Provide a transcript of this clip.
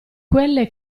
quelle